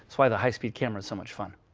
why the high speed camera is so much fun.